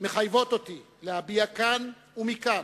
מחייבות אותי להביע כאן, ומכאן,